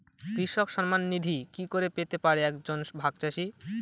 কৃষক সন্মান নিধি কি করে পেতে পারে এক জন ভাগ চাষি?